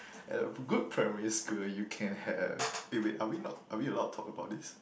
at a good primary school you can have eh wait are we not are we allowed talk about this